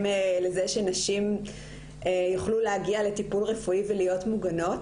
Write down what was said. לזה שנשים יוכלו להגיע לטיפול רפואי ולהיות מוגנות.